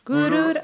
Guru